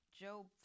Job